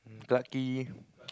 Clarke-Quay